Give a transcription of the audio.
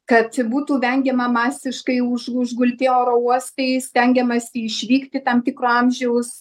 kad būtų vengiama masiškai už užgulti oro uostai stengiamasi išvykti tam tikro amžiaus